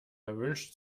erwünscht